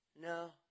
No